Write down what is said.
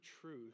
truth